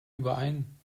überein